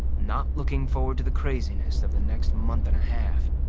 not looking forward to the craziness of the next month and a half.